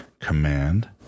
command